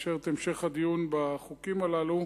הסתייגות, בעיקר בגדר הסתייגות דיבור.